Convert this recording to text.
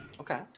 Okay